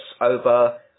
over